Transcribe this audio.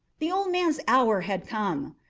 the old man's hour had come!